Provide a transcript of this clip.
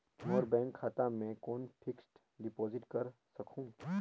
मोर bank खाता मे कौन फिक्स्ड डिपॉजिट कर सकहुं?